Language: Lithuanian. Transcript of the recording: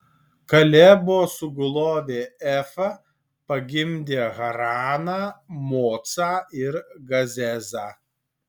kalebo sugulovė efa pagimdė haraną mocą ir gazezą